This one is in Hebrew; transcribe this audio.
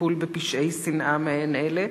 לטיפול בפשעי שנאה מעין אלה?